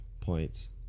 points